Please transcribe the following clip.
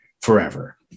forever